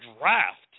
draft